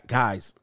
guys